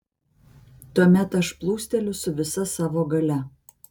tuomet aš plūsteliu su visa savo galia